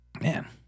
man